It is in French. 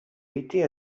été